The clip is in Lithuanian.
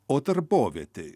o darbovietėj